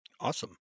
Awesome